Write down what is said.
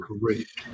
great